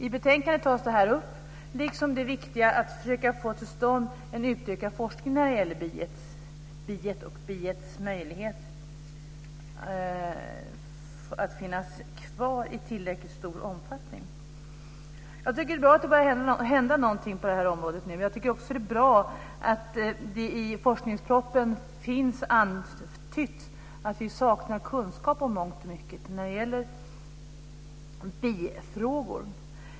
I betänkandet tas detta upp, liksom det viktiga att försöka få till stånd en utökad forskning när det gäller biet och biets möjlighet att finnas kvar i tillräckligt stor omfattning. Jag tycker att det är bra att det börjar hända någonting på det här området. Jag tycker också att det är bra att det i forskningspropositionen finns antytt att vi saknar kunskap om mångt och mycket när det gäller bifrågor.